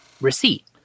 receipt